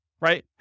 right